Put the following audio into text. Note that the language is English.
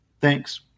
Thanks